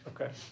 Okay